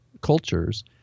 cultures